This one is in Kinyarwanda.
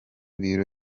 biro